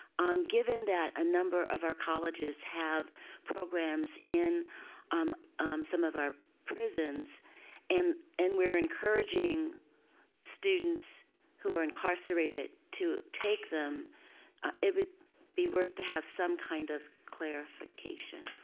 um given that a number of our colleges have programs in um some of our prisons and and we're encouraging students who are incarcerated to take them it would be worth to have some kind of clarification